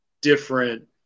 different